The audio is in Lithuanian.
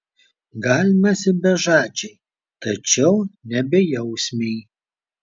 gal mes ir bežadžiai tačiau ne bejausmiai